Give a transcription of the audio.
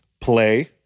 play